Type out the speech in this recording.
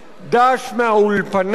"ד"ש מהאולפנה",